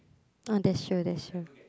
uh that's true that's true